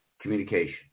communication